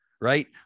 right